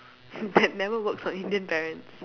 that never works on Indian parents